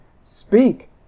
Speak